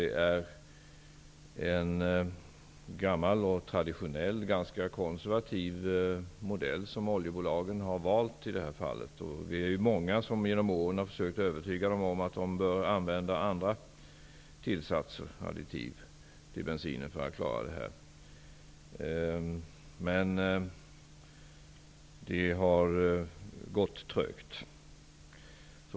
Det är alltså en gammal och traditionell, ganska konservativ, modell som oljebolagen i det här fallet har valt. Vi är många som under årens lopp har försökt att övertyga dem om att de bör använda andra tillsatser, additiv, i bensinen för att klara detta. Men det har gått trögt.